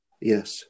Yes